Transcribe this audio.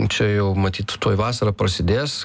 čia jau matyt tuoj vasara prasidės